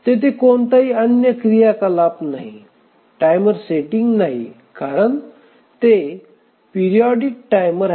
तेथे कोणताही अन्य क्रियाकलाप नाही टाइमर सेटिंग नाही कारण ते पिरिऑडिक टाइमर आहे